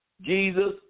Jesus